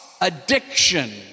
addiction